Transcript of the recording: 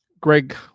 Greg